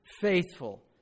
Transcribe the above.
faithful